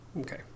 okay